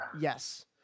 Yes